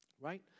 right